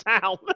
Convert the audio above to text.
town